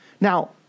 Now